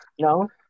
No